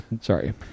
Sorry